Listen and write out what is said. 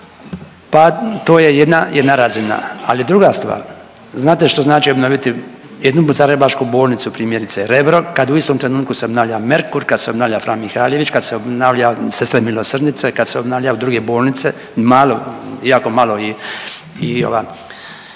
pa to je jedna razina. Ali druga stvar, znate što znači obnoviti jednu zagrebačku bolnice, primjerice Rebro, kad u istom trenutku se obnavlja Merkur, kad se obnavlja Fran Mihaljević, kad se obnavlja Sestre Milosrdnice, kad se obnavljaju druge bolnice, malo, jako malo i ova